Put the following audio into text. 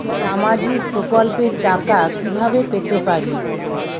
সামাজিক প্রকল্পের টাকা কিভাবে পেতে পারি?